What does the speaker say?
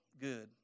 good